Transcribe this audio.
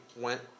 went